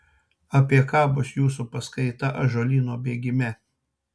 apie ką bus jūsų paskaita ąžuolyno bėgime